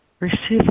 Receive